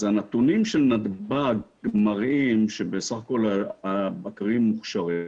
אז אנחנו מראים שבנתב"ג בסך הכול הבקרים מוכשרים,